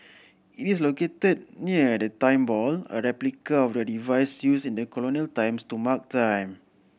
it is located near the Time Ball a replica of the device used in colonial times to mark time